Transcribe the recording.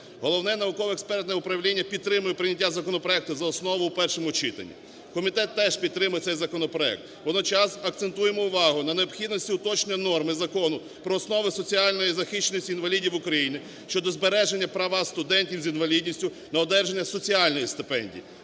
Головне науково-експертне управління підтримує прийняття законопроекту за основу в першому читанні. Комітет теж підтримує цей законопроект. Водночас акцентуємо увагу на необхідності уточнення норми Закону про основи соціальної захищеності інвалідів України щодо збереження права студентів з інвалідністю на одержання соціальної стипендії.